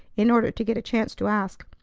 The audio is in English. in order to get a chance to ask.